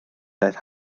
daeth